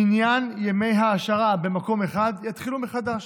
מניין ימי ההשארה במקום אחד יתחילו מחדש.